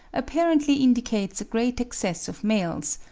apparently indicates a great excess of males,